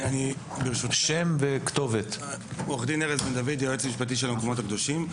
אני היועץ המשפטי של המקומות הקדושים.